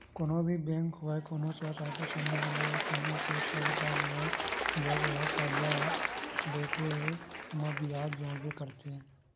कोनो भी बेंक होवय कोनो स्व सहायता समूह होवय या कोनो सेठ साहूकार होवय जब ओहा करजा देथे म बियाज जोड़बे करथे